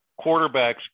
quarterbacks